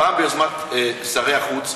פעם ביוזמת שרי החוץ,